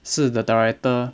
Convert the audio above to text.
是 the director